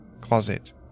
closet